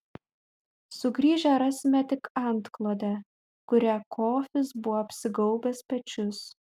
sugrįžę rasime tik antklodę kuria kofis buvo apsigaubęs pečius